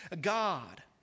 God